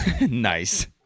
Nice